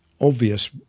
obvious